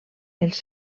els